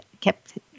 Kept